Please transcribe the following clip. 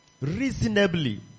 Reasonably